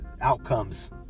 outcomes